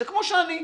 כמוני,